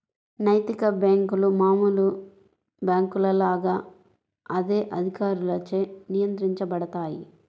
నైతిక బ్యేంకులు మామూలు బ్యేంకుల లాగా అదే అధికారులచే నియంత్రించబడతాయి